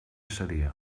seria